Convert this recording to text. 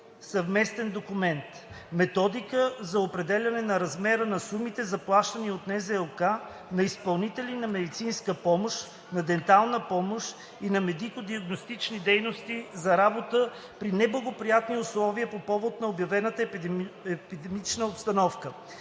съвместен документ – „Методика за определяне на размера на сумите, заплащани от НЗОК на изпълнители на медицинска помощ, на дентална помощ и на медико-диагностични дейности за работа при неблагоприятни условия по повод на обявена епидемична обстановка“,